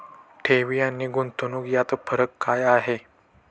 ठेवी आणि गुंतवणूक यात फरक काय आहे?